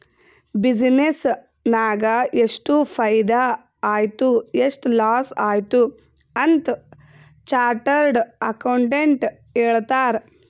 business ನಾಗ್ ಎಷ್ಟ ಫೈದಾ ಆಯ್ತು ಎಷ್ಟ ಲಾಸ್ ಆಯ್ತು ಅಂತ್ ಚಾರ್ಟರ್ಡ್ ಅಕೌಂಟೆಂಟ್ ಹೇಳ್ತಾರ್